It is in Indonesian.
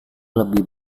lebih